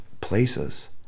places